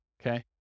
Okay